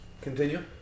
Continue